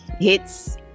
hits